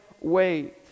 wait